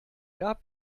gab